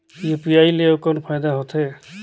UPI ले अउ कौन फायदा होथ है?